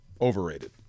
overrated